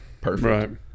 Perfect